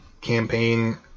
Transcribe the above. campaign